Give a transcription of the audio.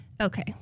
Okay